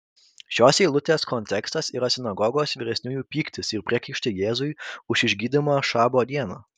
šios eilutės kontekstas yra sinagogos vyresniųjų pyktis ir priekaištai jėzui už išgydymą šabo dieną